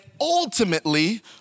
ultimately